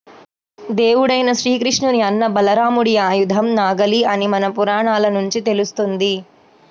దేవుడైన శ్రీకృష్ణుని అన్న బలరాముడి ఆయుధం నాగలి అని మన పురాణాల నుంచి తెలుస్తంది